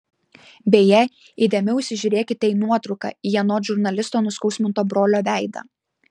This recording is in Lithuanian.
beje įdėmiau įsižiūrėkite į nuotrauką į anot žurnalisto nuskausminto brolio veidą